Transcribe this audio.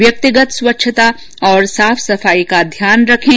व्यक्तिगत स्वच्छता और साफ सफाई का ध्यान रखें